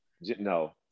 No